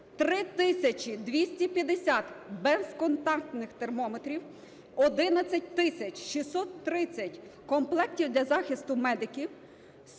250 безконтактних термометрів, 11 тисяч 630 комплектів для захисту медиків,